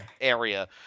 area